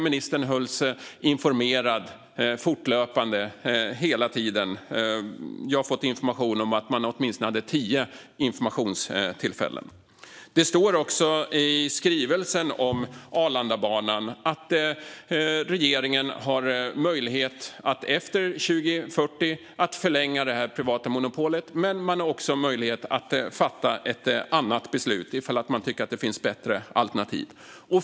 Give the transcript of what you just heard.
Ministern hölls hela tiden informerad - jag har fått uppgifter om att man hade åtminstone tio informationstillfällen. Det står också i skrivelsen om Arlandabanan att regeringen har möjlighet att förlänga det privata monopolet efter 2040. Men man har också möjlighet att fatta ett annat beslut ifall man tycker att det finns bättre alternativ.